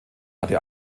hatte